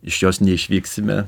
iš jos neišvyksime